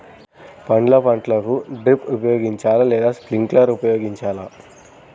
పండ్ల పంటలకు డ్రిప్ ఉపయోగించాలా లేదా స్ప్రింక్లర్ ఉపయోగించాలా?